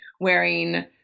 wearing